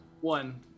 One